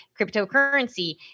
cryptocurrency